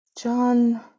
John